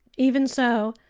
even so,